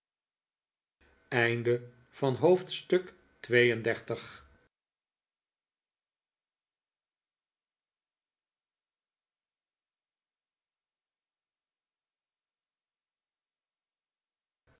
snaren van het